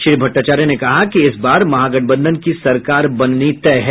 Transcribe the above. श्री भट्टाचार्य ने कहा कि इस बार महागठबंधन की सरकार बननी तय है